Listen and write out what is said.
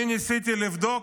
אני ניסיתי לבדוק.